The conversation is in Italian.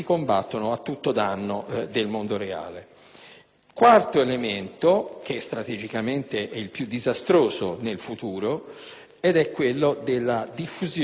quarto elemento, che strategicamente è il più disastroso nel futuro, è quello della diffusione con tutti i mezzi possibili e immaginabili